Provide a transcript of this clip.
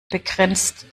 begrenzt